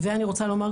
ואני רוצה לומר,